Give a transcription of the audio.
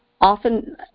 Often